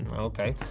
okay.